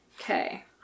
Okay